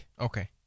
Okay